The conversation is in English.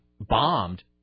bombed